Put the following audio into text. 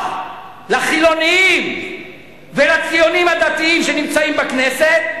לחילונים ולציונים הדתיים שנמצאים בכנסת,